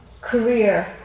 career